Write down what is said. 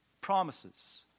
promises